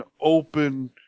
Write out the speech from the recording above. open